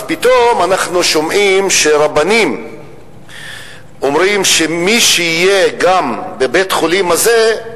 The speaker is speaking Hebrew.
אז פתאום אנחנו שומעים שרבנים אומרים שמי שיהיה בבית-החולים הזה,